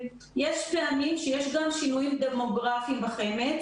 יש פעמים שיש גם שינויים דמוגרפיים בחמ"ד.